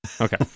okay